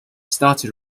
started